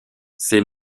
ses